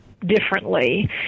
differently